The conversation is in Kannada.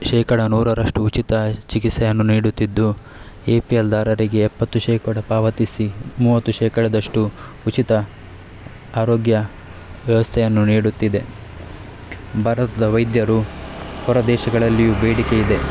ಶೇಕಡಾ ನೂರರಷ್ಟು ಉಚಿತ ಚಿಕಿತ್ಸೆಯನ್ನು ನೀಡುತ್ತಿದ್ದು ಎ ಪಿ ಎಲ್ದಾರರಿಗೆ ಎಪ್ಪತ್ತು ಶೇಕಡ ಪಾವತಿಸಿ ಮೂವತ್ತು ಶೇಕಡದಷ್ಟು ಉಚಿತ ಆರೋಗ್ಯ ವ್ಯವಸ್ಥೆಯನ್ನು ನೀಡುತ್ತಿದೆ ಭಾರತದ ವೈದ್ಯರು ಹೊರದೇಶಗಳಲ್ಲಿಯೂ ಬೇಡಿಕೆ ಇದೆ